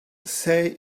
say